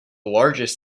largest